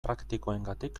praktikoengatik